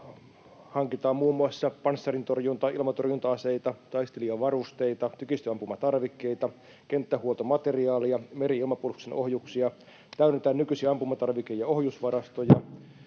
Hankitaan muun muassa panssarintorjunta- ja ilmatorjunta-aseita, taistelijan varusteita, tykistöampumatarvikkeita, kenttähuoltomateriaalia ja meri-ilmapuolustuksen ohjuksia, täydennetään nykyisiä ampumatarvike- ja ohjusvarastoja,